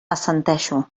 assenteixo